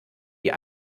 die